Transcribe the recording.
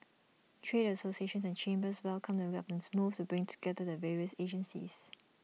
trade associations and chambers welcomed the government's move to bring together the various agencies